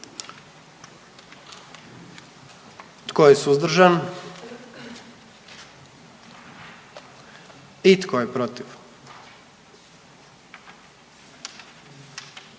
Tko je suzdržan? I tko je protiv?